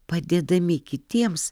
padėdami kitiems